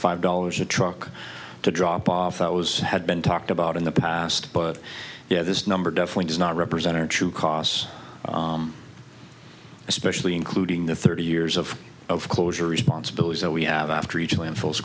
five dollars a truck to drop off those had been talked about in the past but yeah this number definitely does not represent our true costs especially including the thirty years of of closure responsibilities that we have after reaching landfills